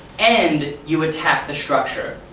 and you attack the structure.